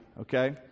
okay